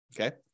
okay